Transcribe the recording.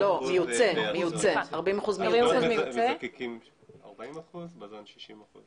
40 אחוזים מזקקים ובז"ן 60 אחוזים.